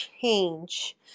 change